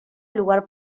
lugar